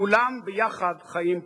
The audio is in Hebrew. כולם ביחד חיים פה.